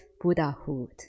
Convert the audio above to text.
Buddhahood